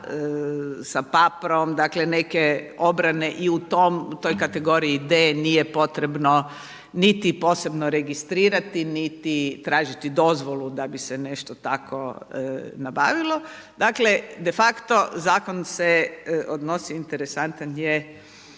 sa paprom dakle, neke obrane i u toj kategoriji D nije potrebno niti posebno registrirati, niti tražiti dozvolu da bi se nešto takvo nabavilo. Dakle de facto zakon se odnosi i interesantan je